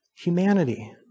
humanity